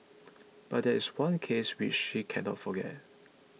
but there is one case which she cannot forget